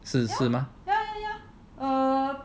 是是吗